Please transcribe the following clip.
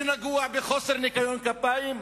ונגוע בחוסר ניקיון כפיים.